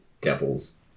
devil's